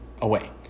away